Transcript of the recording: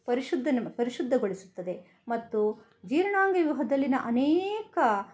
ಪರಿಶುದ್ಧನೆ ಪರಿಶುದ್ಧಗೊಳಿಸುತ್ತದೆ ಮತ್ತು ಜೀರ್ಣಾಂಗವ್ಯೂಹದಲ್ಲಿನ ಅನೇಕ